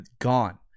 gone